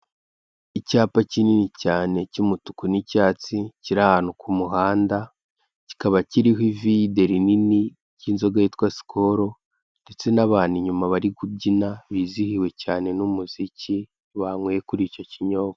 Icyapa kinini cyane cy'umutuku n'icyatsi kiri ahantu ku muhanda, kiba kiriho ivide rinini ryitwa sikoru ndetse n'abantu inyuma bari kubyina bizihiwe n'umuziki, banyweye kuri icyo kinyobwa.